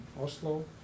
Oslo